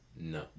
No